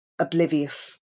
oblivious